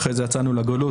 אחרי זה יצאנו לגלות,